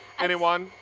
anyone?